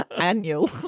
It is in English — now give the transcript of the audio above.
Annual